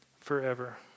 forever